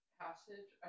passage